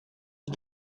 and